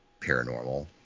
paranormal